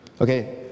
Okay